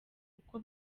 uko